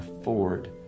afford